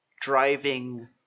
driving